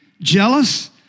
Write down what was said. jealous